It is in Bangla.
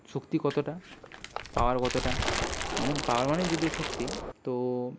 শক্তি কতটা পাওয়ার কতটা মানে পাওয়ার মানেই যদিও শক্তি তো